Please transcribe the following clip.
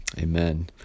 Amen